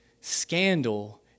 scandal